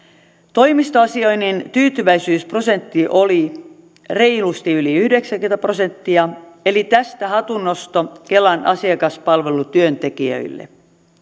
toimistoasioinnin tyytyväisyysprosentti oli reilusti yli yhdeksänkymmentä prosenttia eli tästä hatunnosto kelan asiakaspalvelutyöntekijöille